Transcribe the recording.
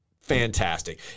fantastic